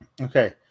Okay